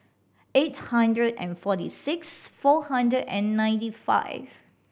eight hundred and forty six four hundred and ninety five